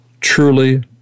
truly